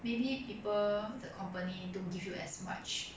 maybe people the company don't give you as much